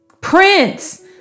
Prince